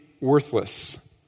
worthless